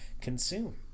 consume